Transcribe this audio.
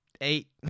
eight